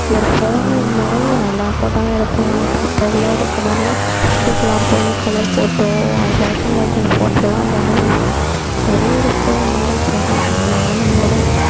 ஒரு ஃபோனு இருந்தால் நான் எல்லா ஃபோட்டோவும் எடுத்துடலாம் இப்போது அப்போன் உள்ளதுக்கு மாதிரிலாம் இதுக்கெல்லாம் போய் கலர் ஃபோட்டோ ஒயிட் அண்ட் ஒயிட்டன் போட்டோலாம் வேணவே வேணாம் ஒரே ஒரு ஃபோன் இருந்தால் போதும் அழகாக நம்மளே